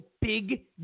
big